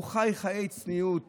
הוא חי חיי צניעות